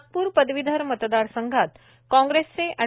नागपूर पदवीधर मतदारसंघात कोंग्रेसचे अड